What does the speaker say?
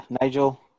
Nigel